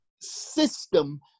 system